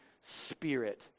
Spirit